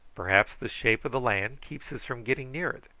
perhaps the shape of the land keeps us from getting near it,